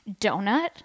donut